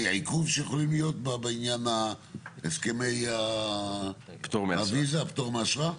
עיכוב שיכולים להיות בעניין הסכמי הפטור מאשרה?